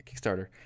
Kickstarter